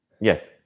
Yes